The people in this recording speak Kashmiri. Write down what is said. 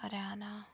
ہریانہ